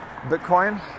Bitcoin